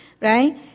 right